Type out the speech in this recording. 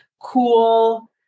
cool